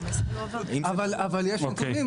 אבל יש נתונים.